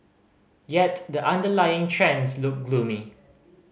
yet the underlying trends look gloomy